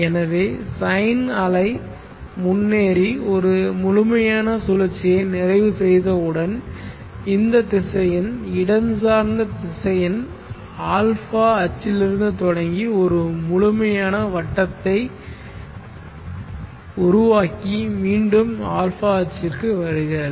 எனவே சைன் அலை முன்னேறி ஒரு முழுமையான சுழற்சியை நிறைவு செய்தவுடன் இந்த திசையன் இடம் சார்ந்த திசையன் α அச்சிலிருந்து தொடங்கி ஒரு முழுமையான வட்டத்தை உருவாக்கி மீண்டும் α அச்சுக்கு வருகிறது